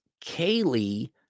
Kaylee